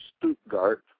Stuttgart